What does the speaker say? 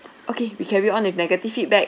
okay we carry on with negative feedback